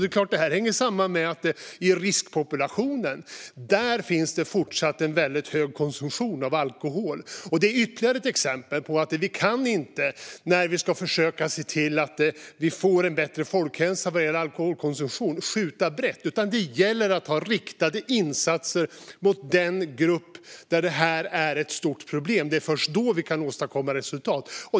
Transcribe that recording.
Detta hänger förstås samman med att det i riskpopulationen fortfarande finns en väldigt hög konsumtion av alkohol. Det är ytterligare ett exempel på att vi när vi ska försöka se till att få en bättre folkhälsa vad gäller alkoholkonsumtion inte kan skjuta brett. Det gäller att ha riktade insatser mot den grupp där detta är ett stort problem. Det är först då vi kan åstadkomma resultat.